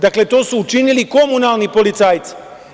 Dakle, to su učinili komunalni policajci.